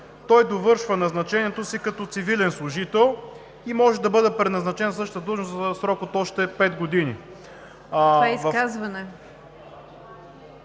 той довършва назначението си като цивилен служител и може да бъде преназначен на същата длъжност за срок от още пет години. На същото